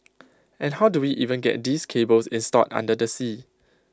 and how do we even get these cables installed under the sea